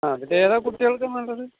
ആ ഇതിലേതാ കുട്ടിക്കൾക്ക് നല്ലത്